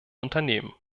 unternehmen